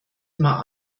immer